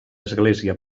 església